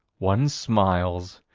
one smiles.